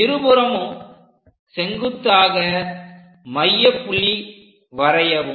இருபுறமும் செங்குத்தாக மையப்புள்ளி வரையவும்